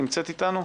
נמצאת אתנו?